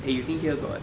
eh you think here got